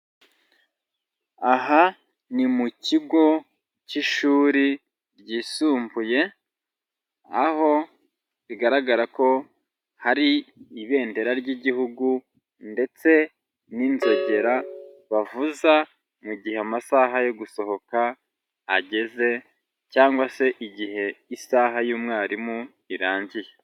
Aha ni mu kigo cy'ishuri ryisumbuye, aho bigaragara ko hari ibendera ry'Igihugu ndetse n'inzogera bavuza mu gihe amasaha yo gusohoka ageze cyangwa se igihe isaha y'umwarimu irangiye.